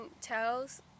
tells